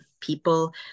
people